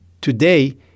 Today